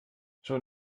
schon